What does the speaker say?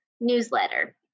newsletter